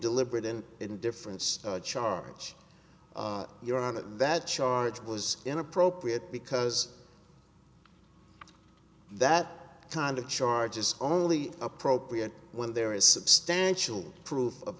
deliberate and indifference charge you're on to that charge was inappropriate because that kind of charges only appropriate when there is substantial proof of